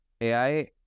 AI